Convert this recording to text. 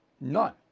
None